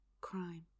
Crime